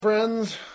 friends